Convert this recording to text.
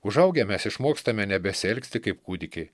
užaugę mes išmokstame nebesielgti kaip kūdikiai